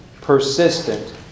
persistent